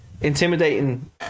intimidating